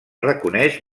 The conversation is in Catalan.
reconeix